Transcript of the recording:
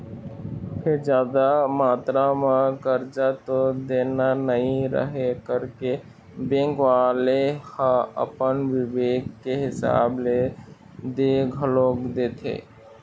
फेर जादा मातरा म करजा तो देना नइ रहय करके बेंक वाले ह अपन बिबेक के हिसाब ले दे घलोक देथे